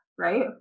right